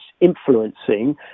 influencing